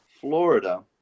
Florida